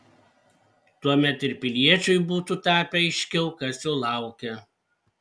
tuomet ir piliečiui būtų tapę aiškiau kas jo laukia